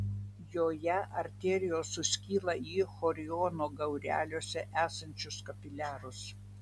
joje arterijos suskyla į choriono gaureliuose esančius kapiliarus